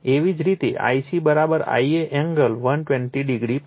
એવી જ રીતે Ic Ia એંગલ 120o પણ